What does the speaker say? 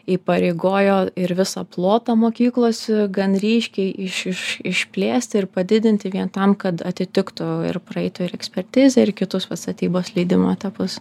įpareigojo ir visą plotą mokyklos gan ryškiai iš iš išplėsti ir padidinti vien tam kad atitiktų ir praeitų ir ekspertizę ir kitus vat statybos leidimo etapus